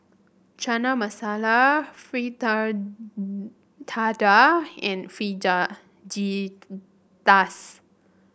Chana Masala and